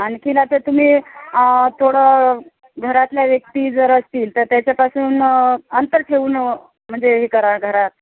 आणखी आता तुम्ही थोडं घरातल्या व्यक्ती जर असतील तर त्याच्यापासून अंतर ठेवून म्हणजे ही करा घरात